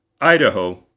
Idaho